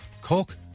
Coke